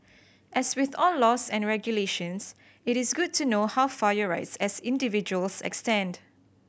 as with all laws and regulations it is good to know how far your rights as individuals extend